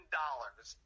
dollars